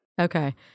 Okay